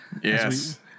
Yes